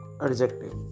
adjective